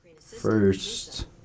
First